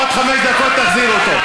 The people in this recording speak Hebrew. עוד חמש דקות תחזירו אותו.